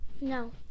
no